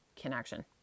connection